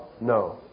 No